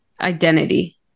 identity